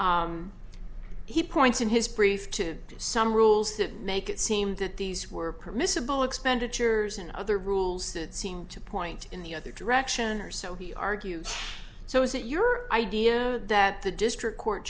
he points in his brief to some rules that make it seem that these were permissible expenditures in other rules that seem to point in the other direction or so he argues so is it your idea that the district court